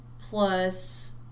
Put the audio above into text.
plus